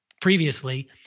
previously